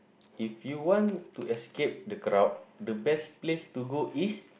if you want to escape the crowd the best place to go is